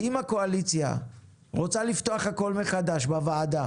אם הקואליציה רוצה לפתוח הכול מחדש בוועדה